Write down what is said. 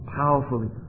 powerfully